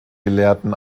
gelehrten